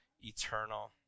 eternal